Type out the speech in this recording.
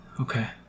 Okay